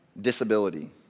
disability